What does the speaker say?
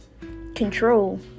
control